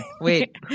Wait